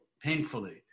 painfully